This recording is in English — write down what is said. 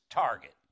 target